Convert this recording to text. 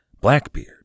Blackbeard